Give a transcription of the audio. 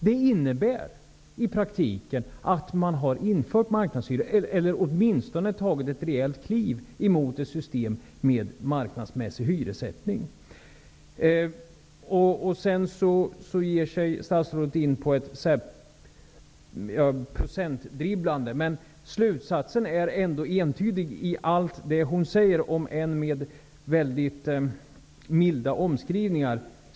Det innebär i praktiken att man har infört marknadshyror eller att man åtminstone har tagit ett rejält kliv emot ett system med marknadsmässig hyressättning. Statsrådet ger sig in på ett dribblande med procenttal. Slutsatsen är ändock entydig i allt det hon säger -- om än med mycket milda omskrivningar.